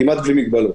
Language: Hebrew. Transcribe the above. כמעט בלי מגבלות.